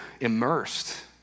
immersed